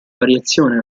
variazione